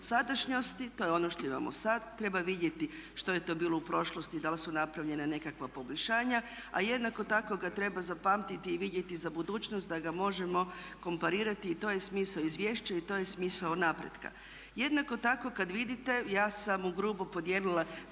Sadašnjosti, to je ono što imamo sad, treba vidjeti što je to bilo u prošlosti i da li su napravljena nekakva poboljšanja, a jednako tako ga treba zapamtiti i vidjeti za budućnost da ga možemo komparirati. To je smisao izvješća i to je smisao napretka. Jednako tako kad vidite, ja sam ugrubo podijelila